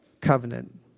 covenant